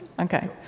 Okay